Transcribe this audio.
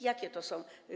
Jakie to są?